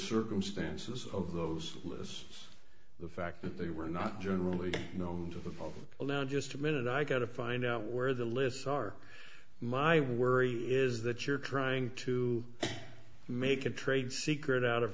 circumstances of those lists the fact that they were not generally known to the public well now just a minute i got to find out where the lists are my worry is that you're trying to make a trade secret out of